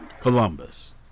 Columbus